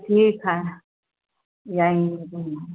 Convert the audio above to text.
ठीक है जाएँगे